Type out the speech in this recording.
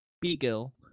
Beagle